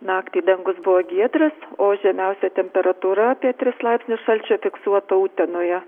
naktį dangus buvo giedras o žemiausia temperatūra apie tris laipsnius šalčio fiksuota utenoje